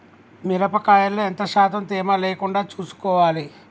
మిరప కాయల్లో ఎంత శాతం తేమ లేకుండా చూసుకోవాలి?